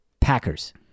Packers